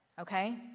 Okay